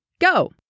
go